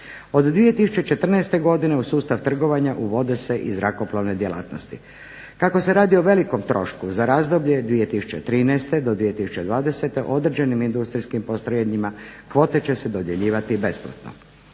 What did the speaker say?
Od 2014. godine u sustav trgovanja uvode se i zrakoplovne djelatnosti. Kako se radi o velikom trošku za razdoblje 2013. do 2020. određenim industrijskim postrojenjima kvote će se dodjeljivati besplatno.